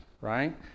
right